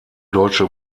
deutsche